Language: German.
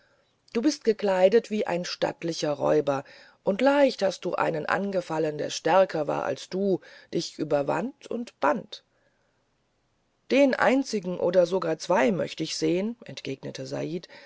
du bist gekleidet wie ein stattlicher räuber und leicht hast du einen angefallen der stärker war als du dich überwand und band den einzelnen oder sogar zwei möchte ich sehen entgegnete said